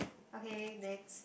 okay next